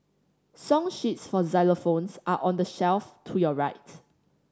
song sheets for xylophones are on the shelf to your right